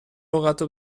لغت